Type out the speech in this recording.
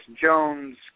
Jones